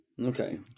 Okay